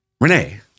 Renee